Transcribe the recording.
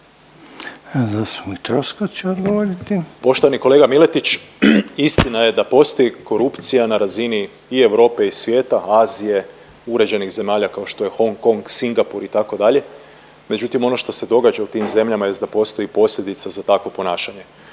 Zvonimir (MOST)** Poštovani kolega Miletić. Istina je da postoji korupcija na razini i Europe i svijeta, Azije, uređenih zemalja, kao što je Hong Kong, Singapur, itd., međutim, ono što se događa u tim zemljama jest da postoji posljedica za takvo ponašanje,